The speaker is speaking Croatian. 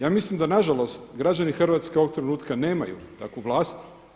Ja mislim da na žalost građani Hrvatske ovog trenutka nemaju takvu vlast.